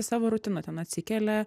savo rutina ten atsikelia